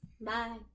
Bye